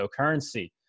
cryptocurrency